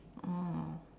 oh